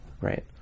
Right